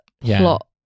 plot